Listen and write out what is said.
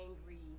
angry